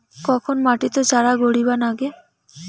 কখন মাটিত চারা গাড়িবা নাগে?